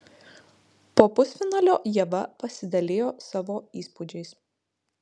po pusfinalio ieva pasidalijo savo įspūdžiais